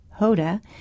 Hoda